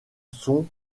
sont